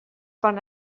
van